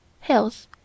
health